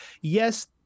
Yes